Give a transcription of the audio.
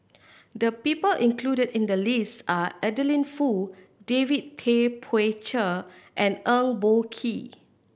the people included in the list are Adeline Foo David Tay Poey Cher and Eng Boh Kee